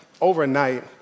overnight